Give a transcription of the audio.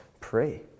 pray